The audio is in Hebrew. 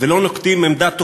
ולא נוקטים עמדה תוקפנית,